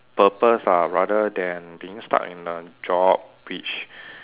purpose ah rather than being stuck in a job which